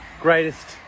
greatest